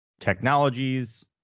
technologies